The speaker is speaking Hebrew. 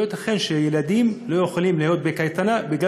לא ייתכן שילדים לא יכולים להיות בקייטנה בגלל